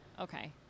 Okay